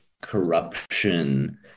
corruption